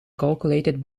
calculated